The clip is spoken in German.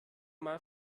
mal